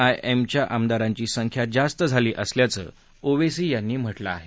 आयएमच्या आमदारांची संख्या जास्त झाल्याची आवेसी यांनी म्हटलं आहे